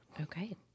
Okay